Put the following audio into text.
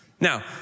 Now